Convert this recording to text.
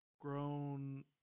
grown